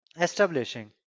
establishing